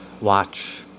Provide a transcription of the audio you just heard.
Watch